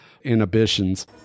inhibitions